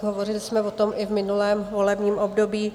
Hovořili jsme o tom i v minulém volebním období.